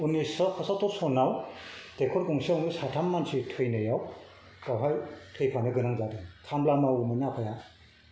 उन्निसस' पसत्तुर सनाव दैखर गंसेआवनो साथाम मानसि थैनायाव बेवहाय थैफानोगोनां जादों खामला मावोमोन आफाया